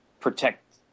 protect